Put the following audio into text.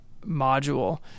module